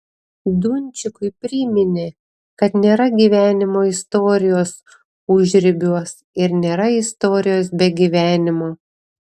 dunčikui priminė kad nėra gyvenimo istorijos užribiuos ir nėra istorijos be gyvenimo